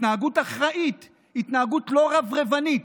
התנהגות אחראית, התנהגות לא רברבנית.